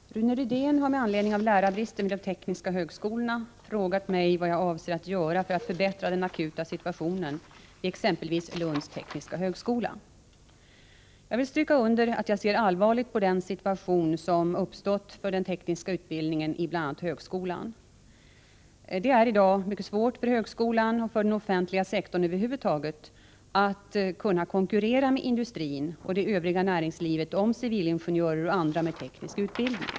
Herr talman! Rune Rydén har med anledning av lärarbristen vid de tekniska högskolorna frågat mig vad jag avser att göra för att förbättra den akuta situationen vid exempelvis Lunds tekniska högskola. Jag vill stryka under att jag ser allvarligt på den situation som uppstått för den tekniska utbildningen i bl.a. högskolan. Det är i dag mycket svårt för högskolan och för den offentliga sektorn över huvud taget att konkurrera med industrin och det övriga näringslivet om civilingenjörer och andra med teknisk utbildning.